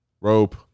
rope